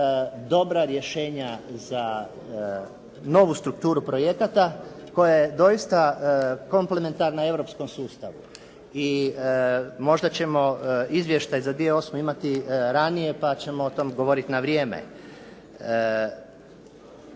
dobra rješenja za novu strukturu projekata koja je doista komplementarna europskom sustavu i možda ćemo izvještaj za 2008. imati ranije pa ćemo o tome govoriti na vrijeme.